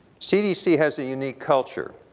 cdc has a unique culture,